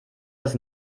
das